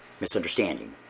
misunderstanding